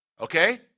Okay